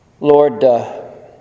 Lord